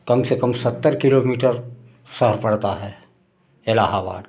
कम से कम सत्तर किलोमीटर शहर पड़ता है इलाहाबाद